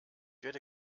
werde